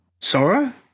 Sora